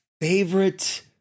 favorite